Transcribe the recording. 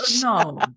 no